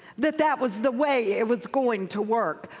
that that was the way it was going to work.